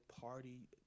party